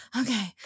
Okay